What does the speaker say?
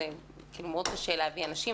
כי קשה מאוד להביא אנשים.